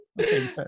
okay